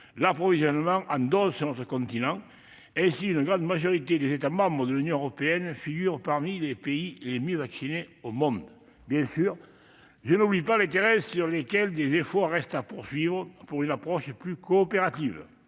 l'approvisionnement en doses sur notre continent. Ainsi, une grande majorité des États membres de l'Union européenne figurent parmi les pays les mieux vaccinés au monde. Cela dit, je n'oublie bien sûr pas les terrains sur lesquels des efforts restent à faire en faveur d'une approche plus coopérative.